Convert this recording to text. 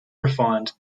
refined